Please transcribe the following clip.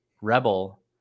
rebel